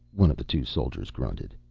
one of the two soldiers grunted.